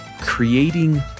creating